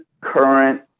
current